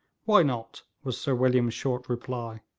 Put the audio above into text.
why not was sir william's short reply.